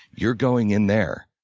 you're going in there.